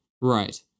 right